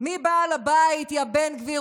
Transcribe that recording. מי בעל הבית, יא בן גביר?